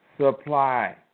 supply